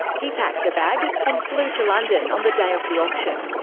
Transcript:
he packed a bag. and flew to london on the day of the auction.